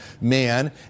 man